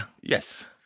Yes